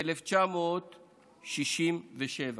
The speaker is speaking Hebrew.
1948 וב-1967.